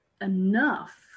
enough